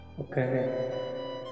Okay